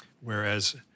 whereas